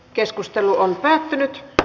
keskustelu päättyi